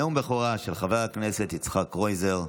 נאום בכורה של חבר הכנסת יצחק קרויזר.